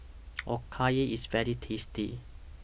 Okayu IS very tasty